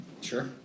Sure